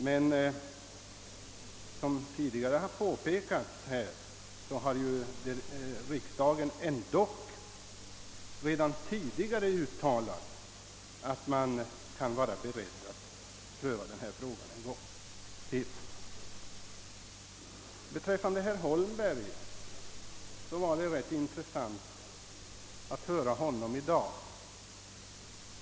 Men som tidigare påpekats har riksdagen redan uttalat att man bör vara beredd att pröva denna fråga en gång till. Det var intressant att höra herr Holmbergs anförande här i dag.